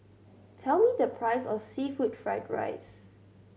tell me the price of seafood fried rice